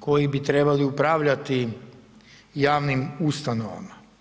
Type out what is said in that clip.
koji bi trebali upravljati javnim ustanovama.